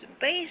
based